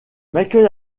michael